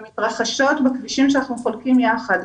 הן מתרחשות בכבישים שאנחנו חולקים יחד,